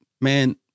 man